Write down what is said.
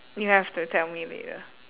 you have to tell me later